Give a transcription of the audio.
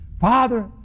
Father